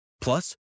Plus